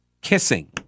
kissing